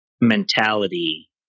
mentality